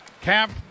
Camp